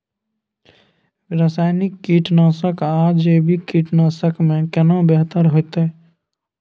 रसायनिक कीटनासक आ जैविक कीटनासक में केना बेहतर होतै?